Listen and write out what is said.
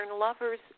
lovers